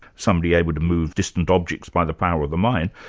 somebody able to move distant objects by the power of the mind,